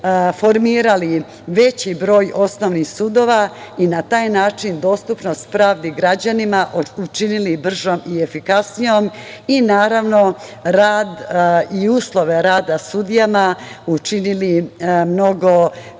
formirali veći broj osnovnih sudova i na taj način dostupnost pravde građanima učinili bržom i efikasnijom, i naravno rad i uslove rada sudijama učinili mnogo prigodnijim